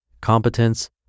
competence